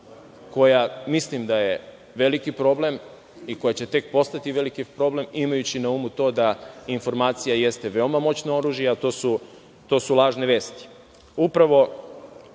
koja mislim da je veliki problem i koja će tek postati veliki problem, imajući na umu to da informacija jeste veoma moćno oružje a to su lažne vesti. To